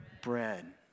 Bread